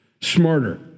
smarter